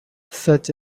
such